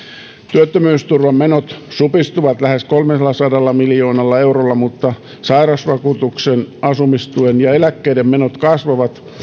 työttömyysturvamenot supistuvat lähes kolmellasadalla miljoonalla eurolla mutta sairausvakuutuksen asumistuen ja eläkkeiden menot kasvavat